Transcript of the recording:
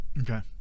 Okay